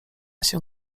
się